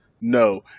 No